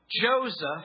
Joseph